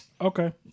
Okay